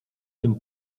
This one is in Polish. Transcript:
tym